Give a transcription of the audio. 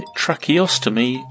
tracheostomy